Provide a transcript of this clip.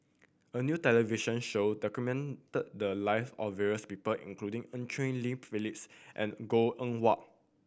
a new television show documented the live of various people including Eu Cheng Li Phyllis and Goh Eng Wah